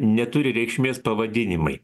neturi reikšmės pavadinimai